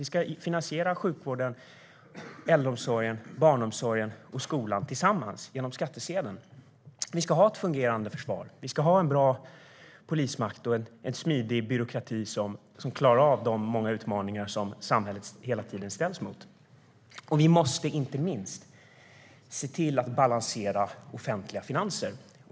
Vi ska finansiera sjukvården, äldreomsorgen, barnomsorgen och skolan tillsammans genom skattsedeln. Vi ska ha ett fungerande försvar. Vi ska ha en bra polismakt och en smidig byråkrati som klarar av de många utmaningar som samhället hela tiden ställs inför. Vi måste inte minst se till att balansera offentliga finanser.